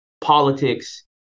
politics